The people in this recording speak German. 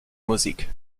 musik